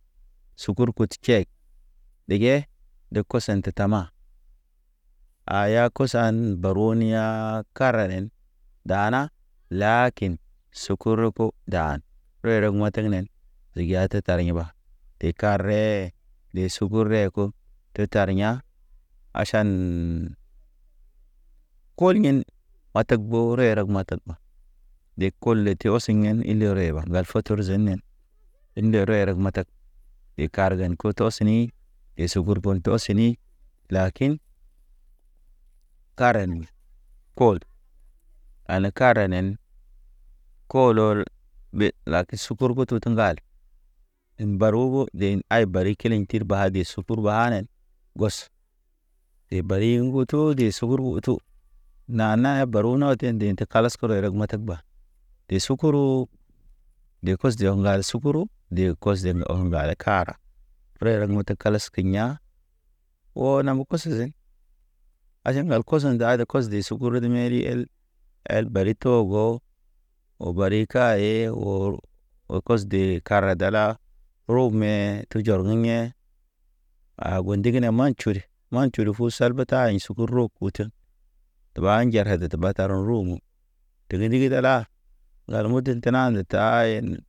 Sukurkut tʃek ɗəgɛ de kosen te tama aya kosan baru ni ya, karanen dana lakin. Soko roko dan, uru rek ma tegnen, dega tar ɲeba, deka ree. De suku reko, te tar ya̰, aʃan kolɲin matak borek matak. Ɗe kole te osiŋ yen ile reɓa, ŋgal fatɔrzenen inde rereg matak. Ɗe kargen to tɔsni, ɗe sugurgun tɔsni, lakin karen ye kod. Alen kara nen kolol ɓe la ke sukurko to te ŋgal, in barugu ɗen ay bari kileŋ tir ba de sukur banen. Wɔs, de bari ŋgutu de suburbu utu, nanaa baru noten de tek kalas kuru erek ma tek ba, de sukuru, de kos de ŋgal sukuru, de kos de o ŋgale kara. Rerek metek kalas kiɲa, oo nam ge kososen ajen ŋgal kosen nda de kos de sukuri de meriɲel. El bari togo, oo bari kaye oo kos de kara dala rog mḛ, tujɔr ge yḛ. A go ndigi ne matʃuri, matʃuri fu salbata ay sugu ro kotʃa, te ɓa njare bata ro me. Tege ndigi dala lal muden tena de taa yen.